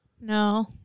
No